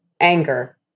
anger